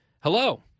hello